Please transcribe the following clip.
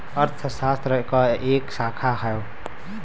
अर्थशास्त्र क एक शाखा हौ